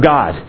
God